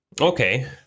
Okay